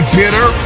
bitter